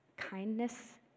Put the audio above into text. Kindness